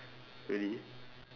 really